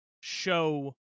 show